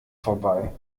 vorbei